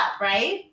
right